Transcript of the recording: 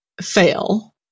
fail